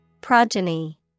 Progeny